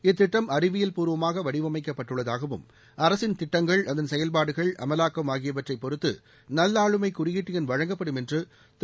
இத்திட்டம் அறிவியல்பூர்வமாக வடிவமைக்கப்பட்டுள்ளதாகவும் அரசின் திட்டங்கள் அதன் செயல்பாடுகள் அமலாக்கம் ஆகியவற்றைப் பொறுத்து நல்ஆளுமை குறியீட்டு என் வழங்கப்படும் என்று திரு